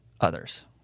others